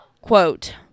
Quote